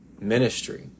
Ministry